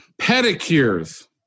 pedicures